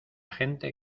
gente